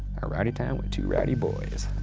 a rowdy town with two rowdy boys.